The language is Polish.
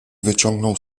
wyciągnął